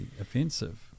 offensive